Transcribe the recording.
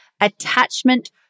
attachment